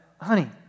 Honey